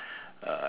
uh